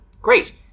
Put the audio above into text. Great